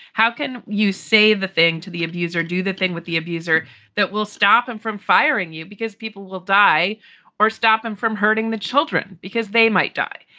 how can you say the thing to the abuser, do the thing with the abuser that will stop him from firing you? because people will die or stop him from hurting the children because they might die.